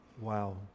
Wow